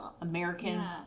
American